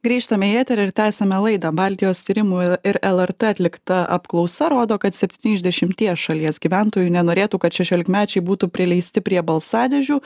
grįžtame į eterį ir tęsiame laidą baltijos tyrimų ir lrt atlikta apklausa rodo kad septyni iš dešimties šalies gyventojų nenorėtų kad šešiolikmečiai būtų prileisti prie balsadėžių